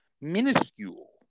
minuscule